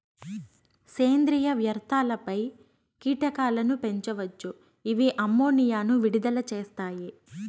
సేంద్రీయ వ్యర్థాలపై కీటకాలను పెంచవచ్చు, ఇవి అమ్మోనియాను విడుదల చేస్తాయి